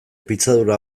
pitzadura